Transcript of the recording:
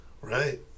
Right